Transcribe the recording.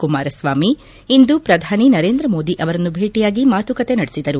ಕುಮಾರಸ್ವಾಮಿ ಇಂದು ಪ್ರಧಾನಿ ನರೇಂದ್ರ ಮೋದಿ ಅವರನ್ನು ಭೇಟಿಯಾಗಿ ಮಾತುಕತೆ ನಡೆಸಿದರು